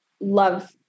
love